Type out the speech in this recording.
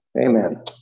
Amen